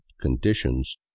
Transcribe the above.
conditions